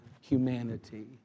humanity